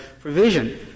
provision